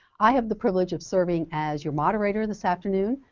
i have the privilege of serving as your moderator this afternoon.